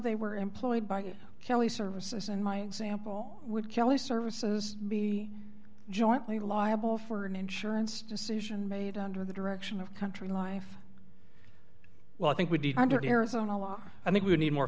they were employed by kelly services in my example would kelly services be jointly liable for an insurance decision made under the direction of country life well i think we did under arizona law i think we need more